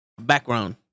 Background